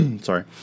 sorry